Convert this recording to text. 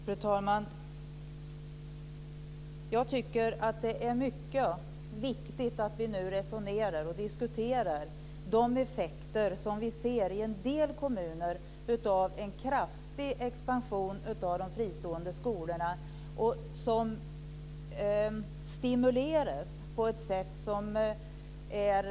Fru talman! Jag tycker att det är lika viktigt att vi nu diskuterar de effekter av en kraftig expansion av de fristående skolorna som vi ser i en del kommuner.